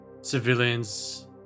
civilians